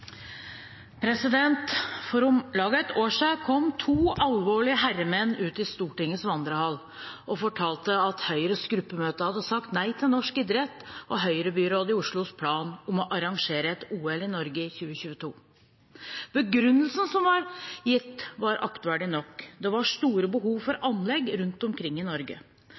For om lag ett år siden kom to alvorlige herremenn ut i Stortingets vandrehall og fortalte at Høyres gruppemøte hadde sagt nei til norsk idrett og Høyre-byrådet i Oslos plan om å arrangere et OL i Norge i 2022. Begrunnelsen som ble gitt, var aktverdig nok – pengene kunne brukes til bredden, og det ble lagt vekt på at det trengtes anlegg rundt omkring i hele Norge.